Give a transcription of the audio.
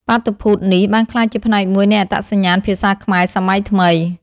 បាតុភូតនេះបានក្លាយជាផ្នែកមួយនៃអត្តសញ្ញាណភាសាខ្មែរសម័យថ្មី។